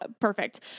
perfect